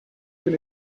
can